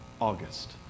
August